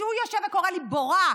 וכשהוא יושב וקורא לי "בורה",